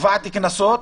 וקבעת קנסות,